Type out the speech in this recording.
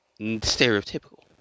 stereotypical